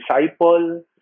disciple